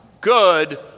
good